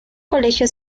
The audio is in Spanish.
colegio